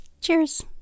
Cheers